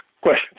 question